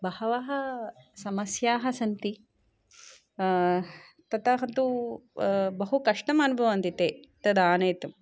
बह्व्यः समस्याः सन्ति ततः तु बहुकष्टम् अनुभवन्ति ते तद् आनयेतुम्